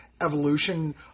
evolution